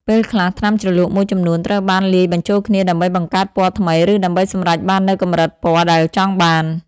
ពេលខ្លះថ្នាំជ្រលក់មួយចំនួនត្រូវបានលាយបញ្ចូលគ្នាដើម្បីបង្កើតពណ៌ថ្មីឬដើម្បីសម្រេចបាននូវកម្រិតពណ៌ដែលចង់បាន។